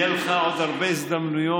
יהיו לך עוד הרבה הזדמנויות.